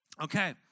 okay